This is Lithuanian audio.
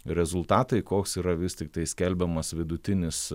rezultatai koks yra vis tiktai skelbiamas vidutinis